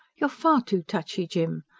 you're far too touchy, jim.